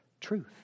truth